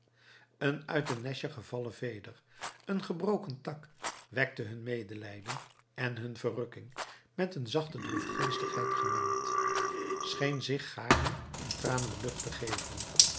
een uit een nestje gevallen veder een gebroken tak wekte hun medelijden en hun verrukking met een zachte droefgeestigheid gemengd scheen zich gaarne in tranen lucht te geven